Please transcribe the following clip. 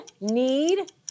need